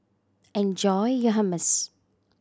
enjoy your Hummus